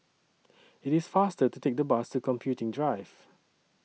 IT IS faster to Take The Bus to Computing Drive